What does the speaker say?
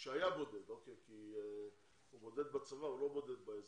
שהיה בודד כי הוא בודד בצבא ולא בודד באזרחות,